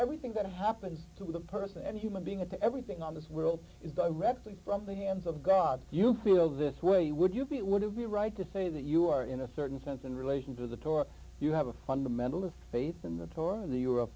everything that happens to the person and human being and to everything on this world is directly from the hands of god do you feel this way would you be it would have the right to say that you are in a certain sense in relation to the torah you have a fundamentalist faith in the torah or the europe